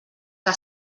que